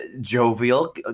jovial